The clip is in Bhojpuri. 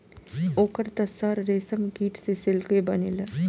ओकर त सर रेशमकीट से सिल्के बनेला